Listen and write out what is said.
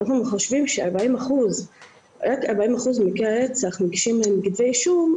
אנחנו חושבים שרק ב-40% ממקרי הרצח מגישים בהם כתבי אישום,